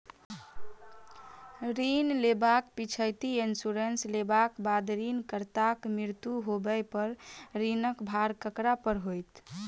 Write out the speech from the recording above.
ऋण लेबाक पिछैती इन्सुरेंस लेबाक बाद ऋणकर्ताक मृत्यु होबय पर ऋणक भार ककरा पर होइत?